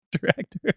director